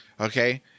Okay